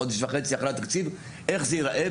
חודש וחצי אחרי התקציב איך זה ייראה,